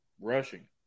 rushing